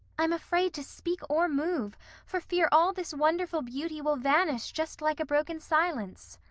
i'm afraid to speak or move for fear all this wonderful beauty will vanish just like a broken silence,